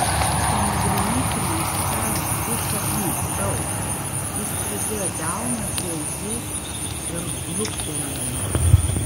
panagrinėkime šias dvi šaknis eu jis pridėjo delną prie ausies ir luktelėjo